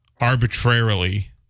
arbitrarily